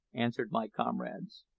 answered my comrades.